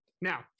Now